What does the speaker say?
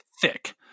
Thick